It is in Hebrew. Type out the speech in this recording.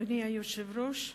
אדוני היושב-ראש,